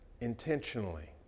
intentionally